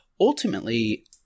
ultimately